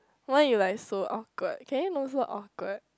why you like so awkward can you don't so awkward